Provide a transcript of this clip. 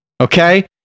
okay